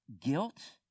Guilt